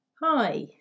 Hi